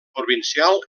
provincial